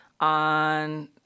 on